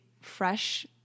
fresh